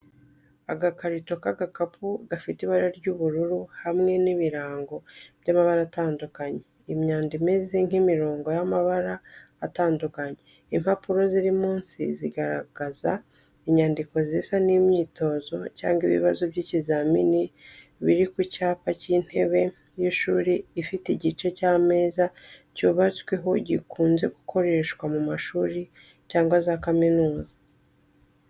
Agakarito k’agapapuro gafite ibara ry'ubururu hamwe n'ibirango by'amabara atandukanye, imyanda imeze nk'imirongo y'amabara atandukanye. Impapuro ziri munsi zigaragaza inyandiko zisa n’imyitozo cyangwa ibibazo by’ikizamini biri ku cyapa cy’intebe y’ishuri ifite igice cy’ameza cyubatsweho gikunze gukoreshwa mu mashuri cyangwa za kaminuza.